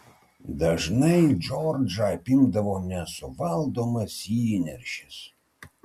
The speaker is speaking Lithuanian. dažnai džordžą apimdavo nesuvaldomas įniršis